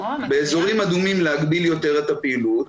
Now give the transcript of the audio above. באזורים אדומים להגביל יותר את הפעילות,